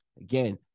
Again